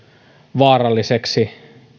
vaaralliseksi